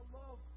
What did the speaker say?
love